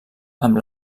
amb